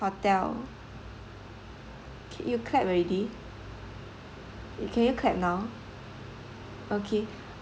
hotel K you clap already can you clap now okay